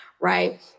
right